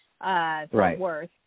Right